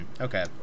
Okay